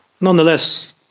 nonetheless